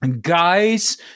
guys